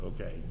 okay